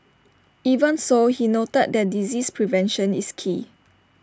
even so he noted that disease prevention is key